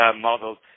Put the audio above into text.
models